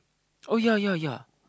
oh ya ya ya